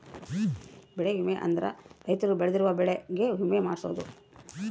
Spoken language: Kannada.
ಬೆಳೆ ವಿಮೆ ಅಂದ್ರ ರೈತರು ಬೆಳ್ದಿರೋ ಬೆಳೆ ಗೆ ವಿಮೆ ಮಾಡ್ಸೊದು